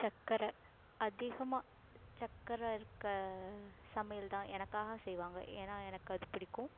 சக்கரை அதிகமாக சக்கரை இருக்க சமையல் தான் எனக்காக செய்வாங்க ஏன்னா எனக்கு அது பிடிக்கும்